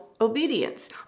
Obedience